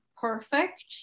perfect